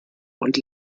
und